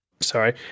sorry